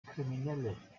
kriminelle